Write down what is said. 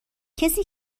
کسی